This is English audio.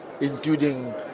including